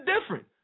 different